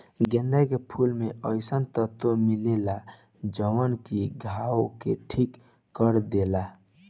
गेंदा के फूल में अइसन तत्व मिलेला जवन की घाव के ठीक कर देला